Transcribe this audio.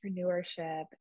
entrepreneurship